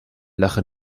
lache